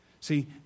See